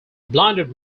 blinded